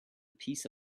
piece